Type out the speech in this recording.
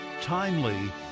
timely